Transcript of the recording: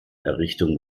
errichtung